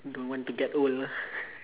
don't want to get old ah